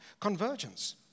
Convergence